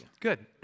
Good